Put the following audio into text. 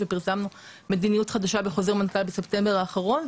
ופרסמנו מדיניות חדשה בחוזר מנכ"ל בספטמבר האחרון,